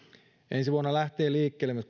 ensi vuonna lähtee liikkeelle